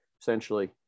essentially